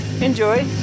Enjoy